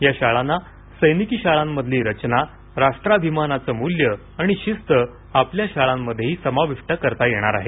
या शाळांना सैनिकी शाळांमधली रचना राष्ट्राभिमानाचं मूल्य आणि शिस्त आपल्या शाळांमध्येही समाविष्ट करता येणार आहे